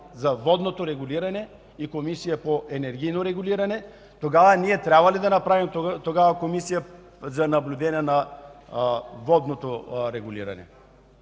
за водното регулиране и Комисия по енергийно регулиране. Тогава ние трябва ли да направим Комисия за наблюдение на водното регулиране?